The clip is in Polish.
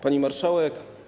Pani Marszałek!